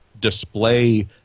display